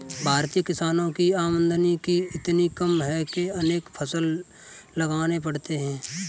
भारतीय किसानों की आमदनी ही इतनी कम है कि अनेक फसल लगाने पड़ते हैं